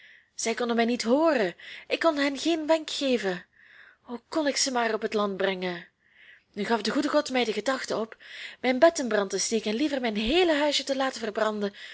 zij konden mij niet hooren ik kon hun geen wenk geven o kon ik ze maar op het land brengen nu gaf de goede god mij de gedachte in mijn bed in brand te steken en liever mijn heele huisje te laten verbranden